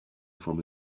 from